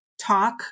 talk